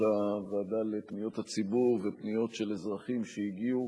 הוועדה לפניות הציבור ושל פניות של אזרחים שהגיעו.